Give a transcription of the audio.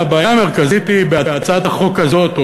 הבעיה המרכזית בהצעת החוק הזאת,